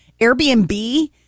Airbnb